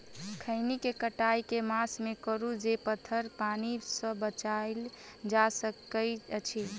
खैनी केँ कटाई केँ मास मे करू जे पथर पानि सँ बचाएल जा सकय अछि?